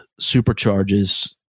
supercharges